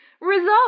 Result